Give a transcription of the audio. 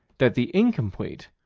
that the incomplete,